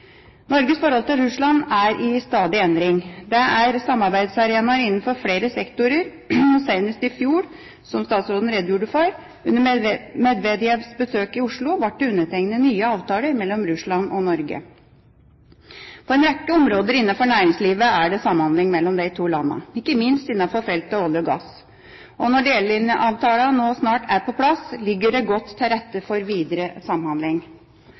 Norges forhold til Russland er i stadig endring. Det er samarbeidsarenaer innenfor flere sektorer, og senest i fjor, som statsråden redegjorde for, under Medvedevs besøk i Oslo, ble det undertegnet nye avtaler mellom Russland og Norge. På en rekke områder innenfor næringslivet er det samhandling mellom de to landene, ikke minst innenfor feltet olje og gass. Og når delelinjeavtalen nå snart er på plass, ligger det godt til rette for videre samhandling.